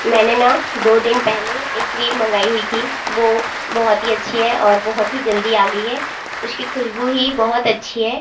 मैंने ना दो दिन पहले एक क्रीम मंगाई हुई थी वो बहुत ही अच्छी है और बहुत ही जल्दी आ गई है उसकी ख़ुशबू ही बहुत अच्छी है